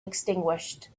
extinguished